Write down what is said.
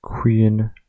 Queen